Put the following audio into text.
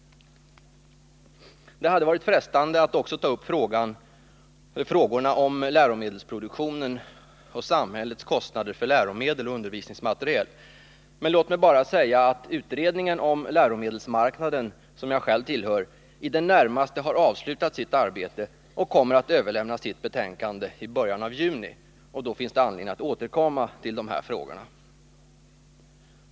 Det hade varit frestande att också ta upp frågorna om läromedelsproduktionen och samhällets kostnader för läromedel och undervisningsmateriel. Låt mig bara säga att utredningen om läromedelsmarknaden — jag tillhör själv utredningen — i det närmaste har avslutat sitt arbete och kommer att överlämna sitt betänkande i början av juni. Då finns det anledning att återkomma till de här frågorna.